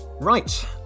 Right